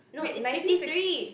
wait ninety six